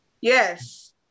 Yes